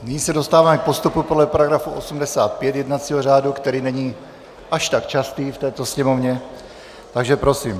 Nyní se dostáváme k postupu podle § 85 jednacího řádu, který není až tak častý v této Sněmovně, takže prosím.